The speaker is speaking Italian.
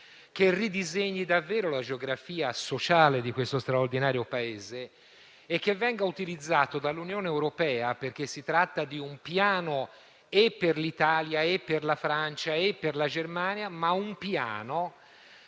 che ridisegni davvero la geografia sociale di questo straordinario Paese e che venga utilizzato dall'Unione europea. Si tratta, infatti, di un Piano per l'Italia, per la Francia e per la Germania, ma costruito